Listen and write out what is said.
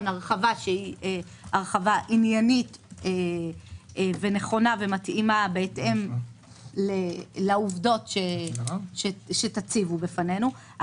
הרחבה עניינית ונכונה ומתאימה בהתאם לעובדות שתציבו בפנינו.